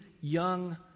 young